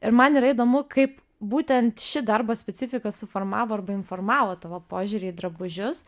ir man yra įdomu kaip būtent ši darbo specifika suformavo arba informavo tavo požiūrį į drabužius